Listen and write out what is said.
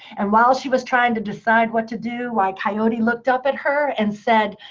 and while she was trying to decide what to do, why coyote looked up at her, and said,